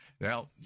Now